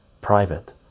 private